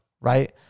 right